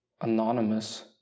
anonymous